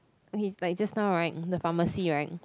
okay like just now right the pharmacy [right]